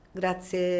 grazie